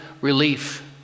relief